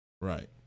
Right